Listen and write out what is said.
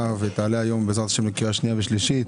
ותעלה היום בעזרת ה' לקריאה שנייה ושלישית.